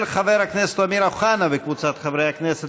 של חבר הכנסת אמיר אוחנה וקבוצת חברי הכנסת.